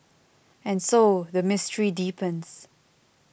and so the mystery deepens